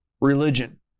religion